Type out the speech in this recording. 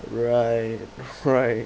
right right